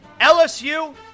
LSU